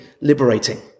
liberating